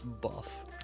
buff